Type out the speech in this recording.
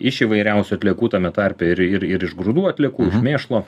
iš įvairiausių atliekų tame tarpe ir ir iš grūdų atliekų iš mėšlo